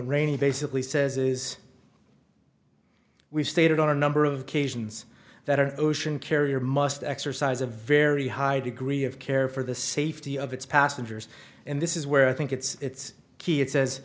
rainy basically says is we've stated on a number of occasions that our ocean carrier must exercise a very high degree of care for the safety of its passengers and this is where i think it's key it says